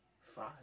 five